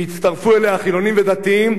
ויצטרפו אליה חילונים ודתיים,